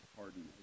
pardon